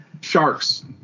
Sharks